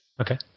Okay